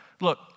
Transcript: Look